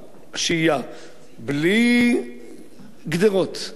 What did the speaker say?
בלי גדרות ובלי מגדלי שמירה